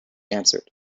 answered